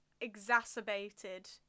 exacerbated